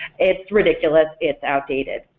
it's ridiculous, it's outdated.